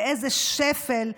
לאיזה שפל,